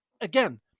again